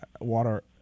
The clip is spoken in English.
water